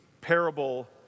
parable